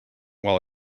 while